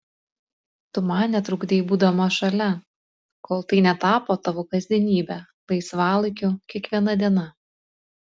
tu man netrukdei būdama šalia kol tai netapo tavo kasdienybe laisvalaikiu kiekviena diena